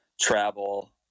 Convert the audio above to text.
travel